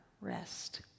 rest